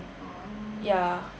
oh